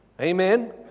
Amen